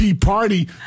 party